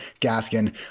Gaskin